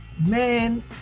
man